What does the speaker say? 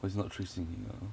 why is it not tracing wait ah